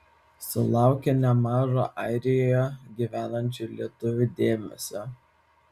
sulaukė nemažo airijoje gyvenančių lietuvių dėmesio